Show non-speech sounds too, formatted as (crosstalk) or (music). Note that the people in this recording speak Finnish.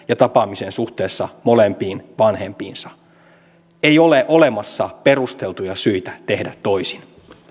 (unintelligible) ja tapaamiseen suhteessa molempiin vanhempiinsa ei ole olemassa perusteltuja syitä tehdä toisin jatkamme